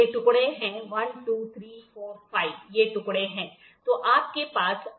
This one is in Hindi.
ये टुकड़े हैं 1 2 3 4 5 ये टुकड़े हैं